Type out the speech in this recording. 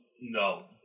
No